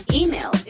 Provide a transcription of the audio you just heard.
email